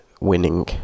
winning